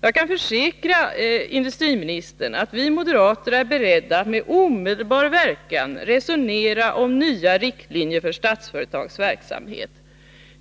Jag kan försäkra industriministern att vi moderater är beredda att resonera om nya riktlinjer, med omedelbar verkan, för Statsföretags verksamhet.